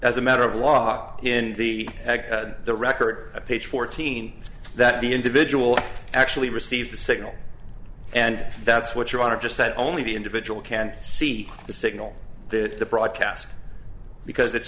as a matter of law in the egg the record a page fourteen that the individual actually received the signal and that's what your honor just that only the individual can see the signal to the broadcast because it's